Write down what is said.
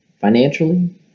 financially